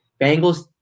Bengals